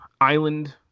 island